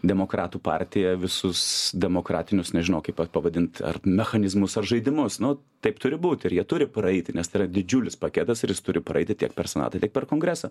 demokratų partija visus demokratinius nežinau kaip pavadinti ar mechanizmus ar žaidimus nu taip turi būti ir jie turi praeiti nes yra didžiulis paketas jis turi praeiti tiek per senatą tiek per kongresą